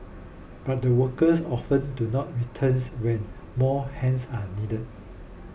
but the workers often do not returns when more hands are needed